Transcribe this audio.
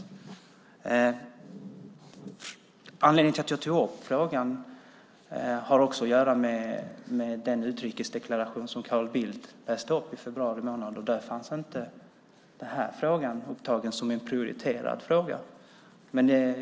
En av anledningarna till att jag tog upp frågan är den utrikesdeklaration som Carl Bildt läste upp i februari. Där fanns inte den här frågan upptagen som en prioriterad fråga.